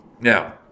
now